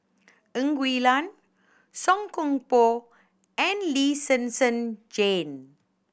Ng Huee Lam Song Koon Poh and Lee Sen Sen Jane